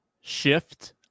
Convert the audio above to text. shift